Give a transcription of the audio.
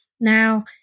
Now